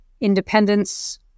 independence